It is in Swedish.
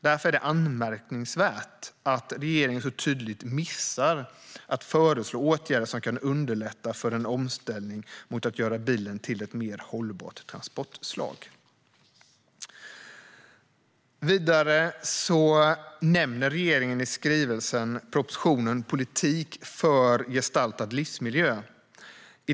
Därför är det anmärkningsvärt att regeringen så tydligt missar att föreslå åtgärder som kan underlätta för en omställning för att göra bilen till ett mer hållbart transportslag. I skrivelsen nämner regeringen propositionen Politik för gestaltad livsmiljö .